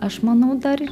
aš manau dar